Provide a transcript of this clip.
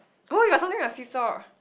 oh you are finding a seesaw